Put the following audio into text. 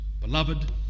Beloved